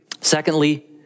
Secondly